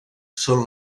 són